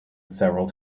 several